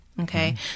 okay